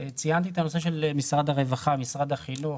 ציינתי את הנושא של משרד הרווחה, משרד החינוך.